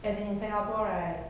as in singapore right